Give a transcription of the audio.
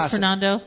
Fernando